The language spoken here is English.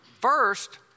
first